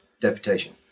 deputation